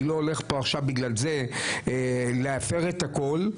אני לא הולך פה עכשיו בגלל זה להפר את הכל.